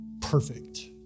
perfect